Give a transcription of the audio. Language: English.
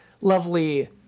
lovely